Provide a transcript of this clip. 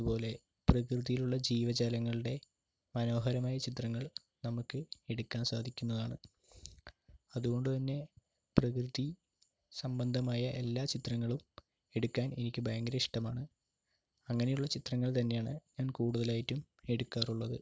അതുപോലെ പ്രകൃതിയിലുള്ള ജീവജാലങ്ങളുടെ മനോഹരമായ ചിത്രങ്ങൾ നമുക്ക് എടുക്കാൻ സാധിക്കുന്നതാണ് അതുകൊണ്ടുതന്നെ പ്രകൃതി സംബന്ധമായ എല്ലാ ചിത്രങ്ങളും എടുക്കാൻ എനിക്ക് ഭയങ്കര ഇഷ്ടമാണ് അങ്ങനെയുള്ള ചിത്രങ്ങൾ തന്നെയാണ് ഞാൻ കൂടുതലായിട്ടും എടുക്കാറുള്ളത്